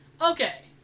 okay